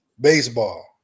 baseball